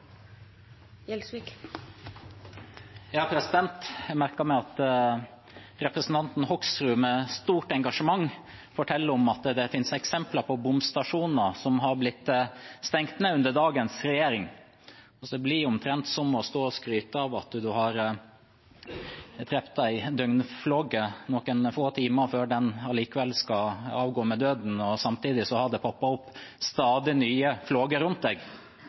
Jeg merker meg at representanten Hoksrud med stort engasjement forteller om at det finnes eksempler på bomstasjoner som har blitt stengt ned under dagens regjering. Det blir omtrent som å stå og skryte av at en har truffet en døgnflue noen få timer før den allikevel skal avgå ved døden, og samtidig har det poppet opp stadig nye fluer rundt deg.